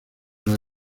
los